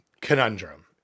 conundrum